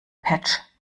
patch